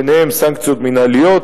ביניהן סנקציות מינהליות,